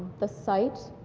the site,